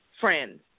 friends